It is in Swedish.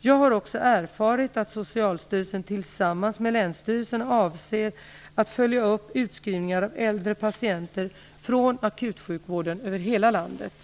Jag har också erfarit att Socialstyrelsen tillsammans med länsstyrelserna avser att följa upp utskrivningar av äldre patienter från akutsjukvården över hela landet.